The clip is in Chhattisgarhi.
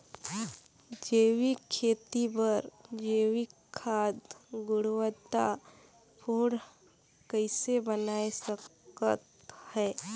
जैविक खेती बर जैविक खाद गुणवत्ता पूर्ण कइसे बनाय सकत हैं?